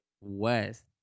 West